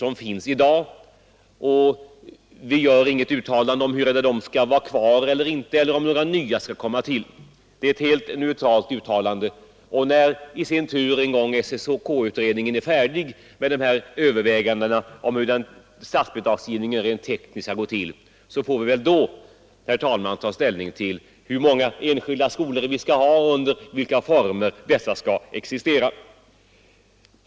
Men vi gör inget uttalande om huruvida dessa skolor skall få vara kvar eller inte eller om några nya skall komma till. Det är ett helt neutralt uttalande i det avseendet. När i sin tur SSK-utredningen är färdig med sina överväganden om hur statsbidragsgivningen rent tekniskt skall gå till får vi väl, herr talman, ta ställning till hur många enskilda skolor vi skall ha och under vilka former dessa skall existera.